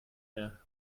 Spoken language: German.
der